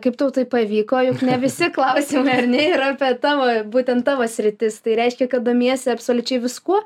kaip tau tai pavyko juk ne visi klausimai ar ne yra apie tavo būtent tavo sritis tai reiškia kad domiesi absoliučiai viskuo